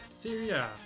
Syria